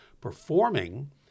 performing